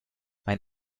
mein